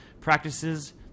practices